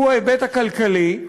והוא ההיבט הכלכלי,